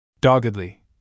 Doggedly